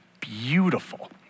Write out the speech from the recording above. beautiful